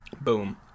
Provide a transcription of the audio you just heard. Boom